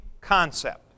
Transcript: concept